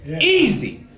Easy